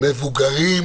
מבוגרים